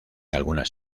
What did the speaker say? algunas